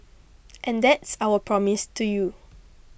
and that's our promise to you